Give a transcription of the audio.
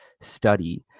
study